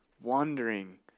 wandering